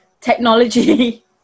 technology